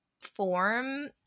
form